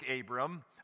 Abram